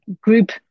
group